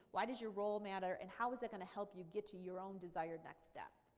why does your role matter, and how is it going to help you get to your own desired next steps,